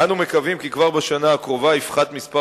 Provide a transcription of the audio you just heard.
אנו מקווים כי כבר בשנה הקרובה יפחת מספר